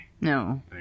No